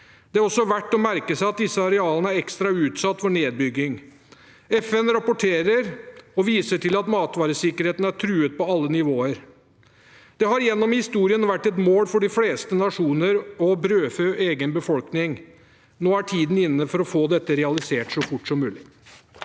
Det er også verdt å merke seg at disse arealene er ekstra utsatt for nedbygging. FN rapporterer og viser til at matvaresikkerheten er truet på alle nivåer. Det har gjennom historien vært et mål for de fleste nasjoner å brødfø egen befolkning. Nå er tiden inne for å få dette realisert så fort som mulig.